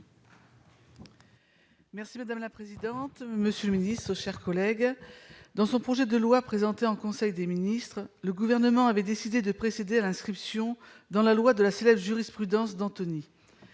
Merci madame la présidente, monsieur le ministre, chers collègues, dans son projet de loi présenté en conseil des ministres, le gouvernement avait décidé de précéder l'inscription dans la loi de la Suède jurisprudence d'Anthony